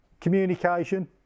Communication